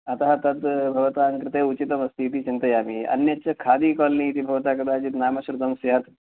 अतः तद् भवतां कृते उचितमस्तीति चिन्तयामि अन्यच्च खादी कालनि इति भवता कदाचित् नाम श्रुतं स्यात्